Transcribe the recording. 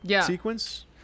sequence